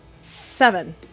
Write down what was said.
Seven